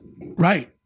Right